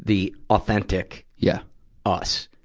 the authentic yeah us.